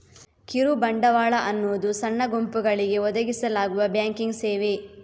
ಕಿರು ಬಂಡವಾಳ ಅನ್ನುದು ಸಣ್ಣ ಗುಂಪುಗಳಿಗೆ ಒದಗಿಸಲಾಗುವ ಬ್ಯಾಂಕಿಂಗ್ ಸೇವೆ